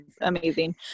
amazing